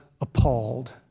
appalled